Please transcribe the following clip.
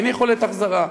אין יכולת החזרה,